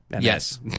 Yes